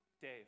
Dave